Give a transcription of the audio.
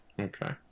Okay